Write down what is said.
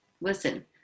listen